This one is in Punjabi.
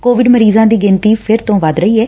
ਕੋਵਿਡ ਮਰੀਜਾਂ ਦੀ ਗਿਣਤੀ ਫਿਰ ਤੋ ਵੱਧ ਰਹੀ ਐ